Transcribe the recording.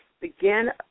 Begin